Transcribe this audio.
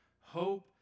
hope